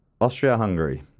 Austria-Hungary